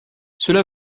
cela